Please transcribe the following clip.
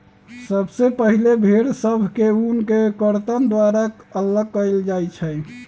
सबसे पहिले भेड़ सभ से ऊन के कर्तन द्वारा अल्लग कएल जाइ छइ